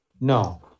no